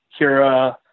Kira